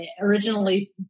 originally